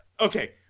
okay